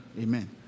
Amen